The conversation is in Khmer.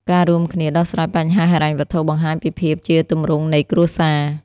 ការរួមគ្នាដោះស្រាយបញ្ហាហិរញ្ញវត្ថុបង្ហាញពីភាពជាទម្រង់នៃគ្រួសារ។